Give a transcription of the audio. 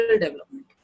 development